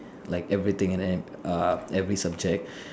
like everything and then err every subject